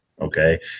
Okay